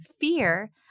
fear